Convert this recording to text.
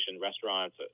restaurants